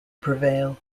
prevail